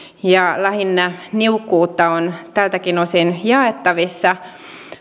ja lähinnä niukkuutta on tältäkin osin jaettavissa